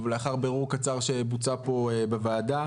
לאחר בירור קצר שבוצע פה בוועדה,